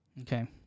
Okay